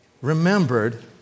remembered